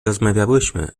rozmawiałyśmy